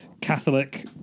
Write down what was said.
catholic